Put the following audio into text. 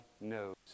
knows